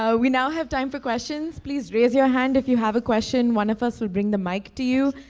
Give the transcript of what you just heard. ah we now have time for questions. please raise your hand if you have a question. one of us would bring the mic to you.